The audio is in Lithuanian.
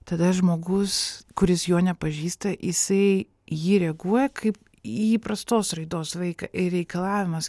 tada žmogus kuris jo nepažįsta jisai į jį reaguoja kaip į įprastos raidos vaiką ir reikalavimas